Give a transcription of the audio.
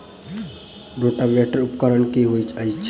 Rotavator उपकरण की हएत अछि?